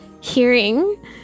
hearing